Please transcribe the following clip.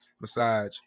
massage